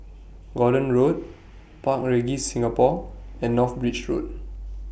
Gordon Road Park Regis Singapore and North Bridge Road